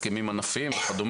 הסכמים ענפיים וכד',